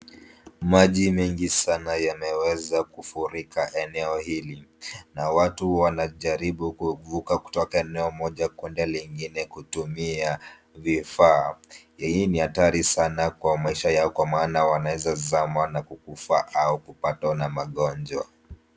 Maji mengi sana yameweza kufurika eneo hili na watu wanajaribu kuvuka kutoka eneo moja kwenda lingine kutumia vifaa. Hii ni hatari sana kwa maisha yao kwa maana wanaweza zama na kukufa ama kupatwa na magonjwa.